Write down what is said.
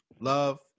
love